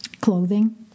clothing